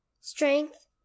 Strength